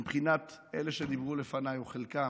מבחינת אלה שדיברו לפניי, או חלקם,